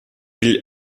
igl